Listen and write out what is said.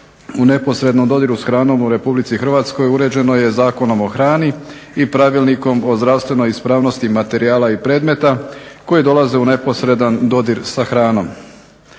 u neposrednom dodiru s hranom u RH uređeno je Zakonom o hrani i Pravilnikom o zdravstvenoj ispravnosti materijala i predmeta koji dolaze u neposredan dodir sa hranom.